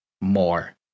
more